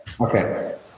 Okay